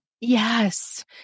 Yes